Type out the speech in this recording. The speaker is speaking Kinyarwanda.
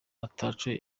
ataco